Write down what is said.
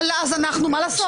מה לעשות?